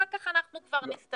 אחר כך אנחנו כבר נסתדר.